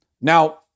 Now